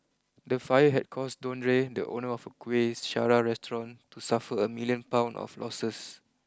the fire had caused Dondre the owner of Kuih Syara restaurant to suffer a million Pound of losses